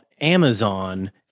Amazon